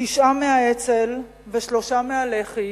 תשעה מהאצ"ל ושלושה מהלח"י,